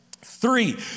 three